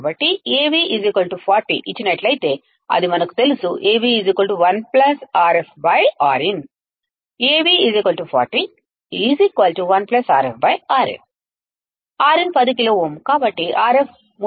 కాబట్టి Av 40 ఇచ్చినట్లయితే అది మనకు తెలుసు Rin 10 కిలో ఓం కాబట్టి Rf 390 కిలో ఓం కావచ్చు